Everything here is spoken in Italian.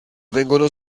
vengono